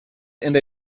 and